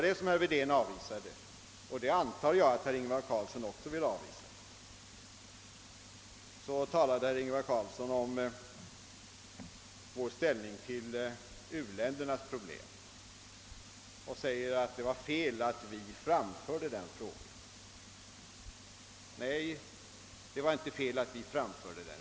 Jag antar att också herr Ingvar Carlsson vill avvisa sådana metoder. Vidare talade herr Ingvar Carlsson om vår inställning till u-ländernas problem och säger, att det var fel av oss att ta upp denna fråga. Nej, det var inte fel att göra det.